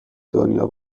دنیا